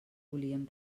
volíem